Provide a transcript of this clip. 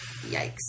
yikes